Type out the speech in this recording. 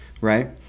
right